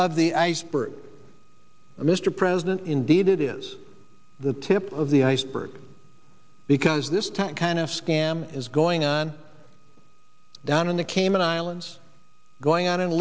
of the iceberg mr president indeed it is the tip of the iceberg because this time kind of scam is going on down in the cayman islands going on in